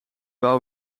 wou